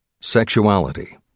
Sexuality